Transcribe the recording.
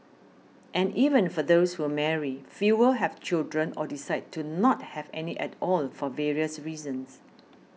and even for those who marry fewer have children or decide to not have any at all for various reasons